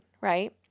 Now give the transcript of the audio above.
right